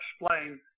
explain